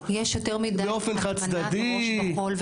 חד צדדי --- יש יותר מידי הטמנת ראש בחול,